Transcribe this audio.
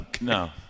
no